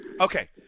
Okay